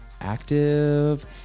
active